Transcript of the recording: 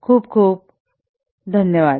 खूप खूप धन्यवाद